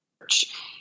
church